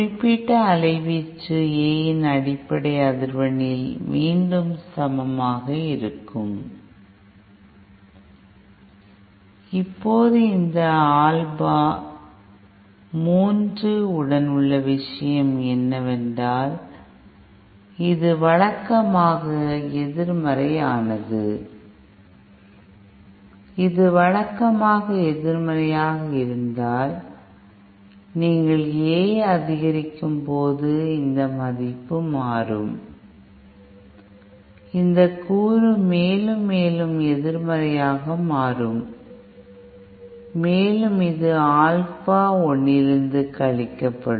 குறிப்பிட்ட அலைவீச்சு A இன் அடிப்படை அதிர்வெண்ணில் மீண்டும் சமமாக இருக்கும் இப்போது இந்த ஆல்பா 3 உடன் உள்ள விஷயம் என்னவென்றால் இது வழக்கமாக எதிர்மறையானது இது வழக்கமாக எதிர்மறையாக இருந்தால் நீங்கள் Aஐ அதிகரிக்கும் பொழுது இந்த மதிப்பு மாறும் இந்த கூறு மேலும் மேலும் எதிர்மறையாக மாறும் மேலும் இது இந்த ஆல்பா 1 இலிருந்து கழிக்கப்படும்